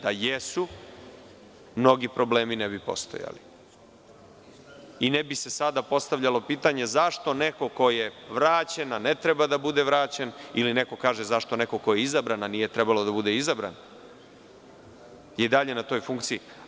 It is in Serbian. Da jesu, mnogi problemi ne bi postojali i ne bi se sada postavljalo pitanje – zašto neko ko je vraćen, a ne treba da bude vraćen, ili neko kaže – zašto neko ko je izabran, a nije trebalo da bude izabran, je i dalje na toj funkciji?